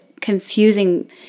confusing